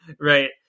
Right